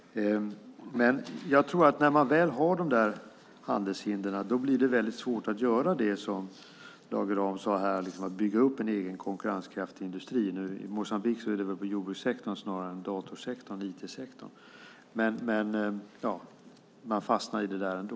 Men när man väl har de här handelshindren tror jag att det blir väldigt svårt att göra det som Lage Rahm sade, att bygga upp en egen konkurrenskraftig industri. I Moçambique handlar det väl om jordbrukssektorn snarare än datorsektorn eller IT-sektorn. Men man fastnar i det där ändå.